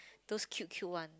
those cute cute one